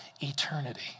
eternity